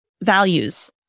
values